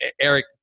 Eric